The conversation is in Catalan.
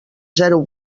zero